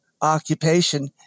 occupation